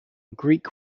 greek